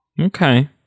okay